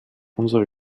unsere